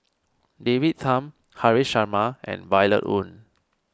David Tham Haresh Sharma and Violet Oon